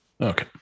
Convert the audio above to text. Okay